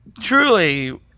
truly